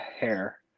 hair